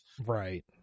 right